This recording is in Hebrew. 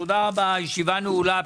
תודה רבה, הישיבה נעולה.